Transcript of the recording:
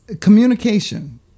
communication